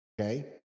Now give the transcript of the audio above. Okay